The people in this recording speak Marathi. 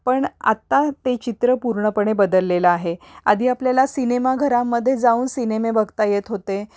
पण आत्ता ते चित्र पूर्णपणे बदललेलं आहे आधी आपल्याला सिनेमा घरामध्ये जाऊन सिनेमे बघता येत होते